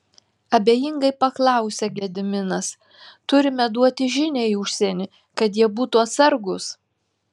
abejingai paklausė gediminas turime duoti žinią į užsienį kad jie būtų atsargūs